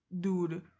dude